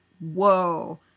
whoa